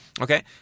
Okay